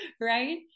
right